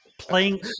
playing